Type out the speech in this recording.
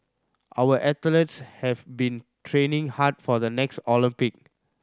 our athletes have been training hard for the next Olympic